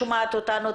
לא שומעת אותנו.